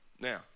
Now